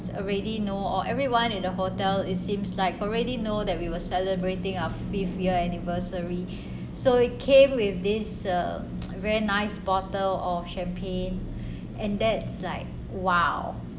already know or everyone in the hotel it seems like already know that we were celebrating our fifth year anniversary so it came with this a very nice bottle of champagne and that's like !wow!